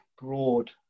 broad